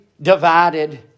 divided